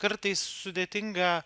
kartais sudėtinga